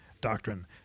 doctrine